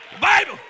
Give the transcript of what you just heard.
bible